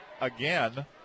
again